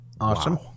awesome